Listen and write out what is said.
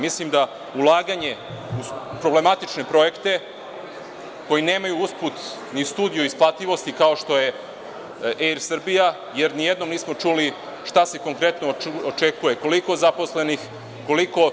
Mislim da ulaganje u problematične projekte koji nemaju usput ni studiju isplativosti, kao što je Er Srbija, jer nijednom nismo čuli šta se konkretno očekuje, koliko zaposlenih, koliko